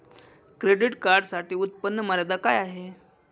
Credit कार्डसाठी उत्त्पन्न मर्यादा काय आहे?